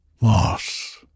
loss